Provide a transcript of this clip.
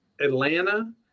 Atlanta